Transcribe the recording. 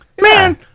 Man